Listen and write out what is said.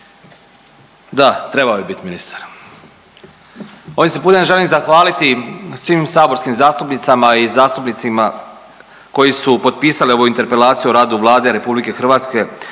Da, trebao je biti ministar. Ovim se putem želim zahvaliti svim saborskim zastupnicama i zastupnicima koji su potpisali ovu Interpelaciju o radu Vlade RH u svezi